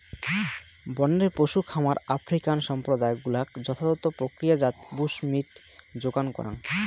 বনের পশু খামার আফ্রিকান সম্প্রদায় গুলাক যথাযথ প্রক্রিয়াজাত বুশমীট যোগান করাং